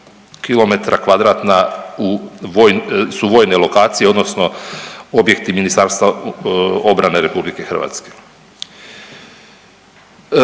kilometra kvadratna u vojno, su vojne lokacije odnosno objekti Ministarstva obrane RH.